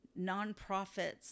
nonprofits